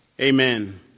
amen